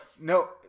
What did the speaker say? no